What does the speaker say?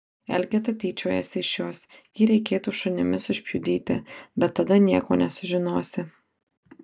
elgeta tyčiojasi iš jos jį reikėtų šunimis užpjudyti bet tada nieko nesužinosi